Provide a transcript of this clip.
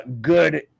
good